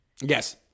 Yes